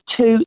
two